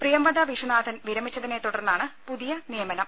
പ്രിയംവദ വിശ്വനാഥൻ വിരമിച്ചതിനെത്തുടർന്നാണ് പുതിയ നിയമനം